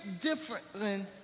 differently